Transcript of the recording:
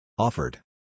Offered